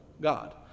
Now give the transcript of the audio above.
God